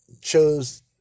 chose